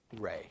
Ray